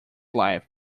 life